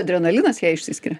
adrenalinas jai išsiskiria